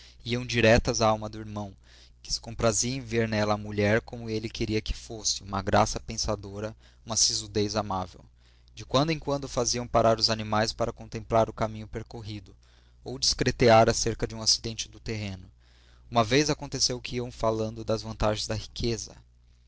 iam direitas à alma do irmão que se comprazia em ver nela a mulher como ele queria que fosse uma graça pensadora uma sisudez amável de quando em quando faziam parar os animais para contemplar o caminho percorrido ou discretear acerca de um acidente do terreno uma vez aconteceu que iam falando das vantagens da riqueza